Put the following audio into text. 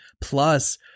Plus